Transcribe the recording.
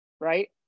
right